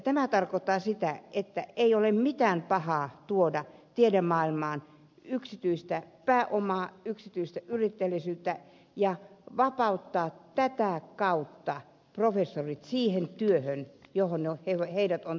tämä tarkoittaa sitä että ei ole mitään pahaa tuoda tiedemaailmaan yksityistä pääomaa yksityistä yritteliäisyyttä ja vapauttaa tätä kautta professorit siihen työhön johon heidät on tarkoitettu